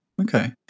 Okay